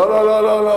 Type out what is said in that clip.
לא לא לא,